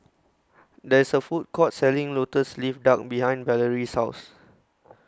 There IS A Food Court Selling Lotus Leaf Duck behind Valorie's House